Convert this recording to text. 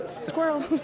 Squirrel